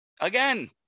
again